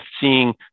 seeing